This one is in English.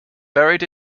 buried